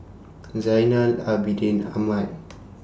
Zainal Abidin Ahmad